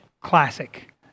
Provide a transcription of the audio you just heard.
classic